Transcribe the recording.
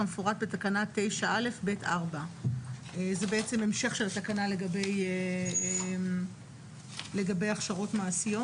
כמפורט בתקנה 9א(ב)(4)"." זה המשך של התקנה לגבי הכשרות מעשיות.